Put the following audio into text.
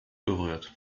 berührt